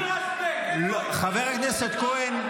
חבר הכנסת כהן,